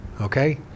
Okay